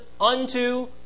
unto